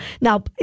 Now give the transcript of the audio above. Now